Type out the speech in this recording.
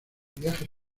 viajes